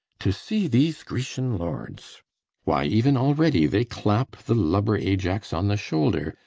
to see these grecian lords why, even already they clap the lubber ajax on the shoulder,